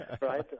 Right